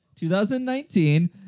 2019